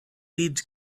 weeds